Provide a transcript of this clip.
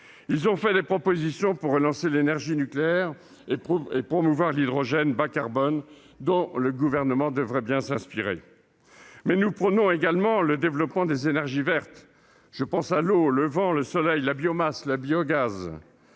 Il contient des propositions pour relancer l'énergie nucléaire et promouvoir l'hydrogène bas-carbone, dont le Gouvernement devrait s'inspirer. Nous prônons également le développement des énergies vertes : l'eau, le vent, le soleil, la biomasse, le biogaz.